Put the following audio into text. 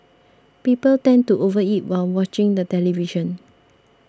people tend to overeat while watching the television